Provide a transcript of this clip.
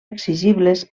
exigibles